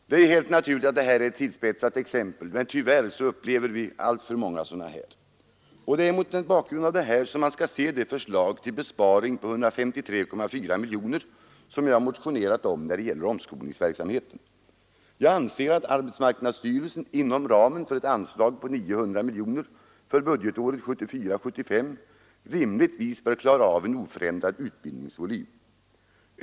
Det är helt naturligt att det här är ett tillspetsat exempel, men tyvärr upplever vi alltför många sådana här fall. Det är mot denna bakgrund som man skall se det förslag till besparing på 153,4 miljoner kronor som jag motionerat om när det gäller omskolningsverksamheten. Jag anser att arbetsmarknadsstyrelsen inom ramen för ett anslag på 900 miljoner kronor för budgetåret 1974/75 rimligtvis bör klara av en oförändrad utbildningsvolym.